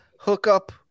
Hookup